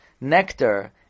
nectar